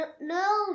No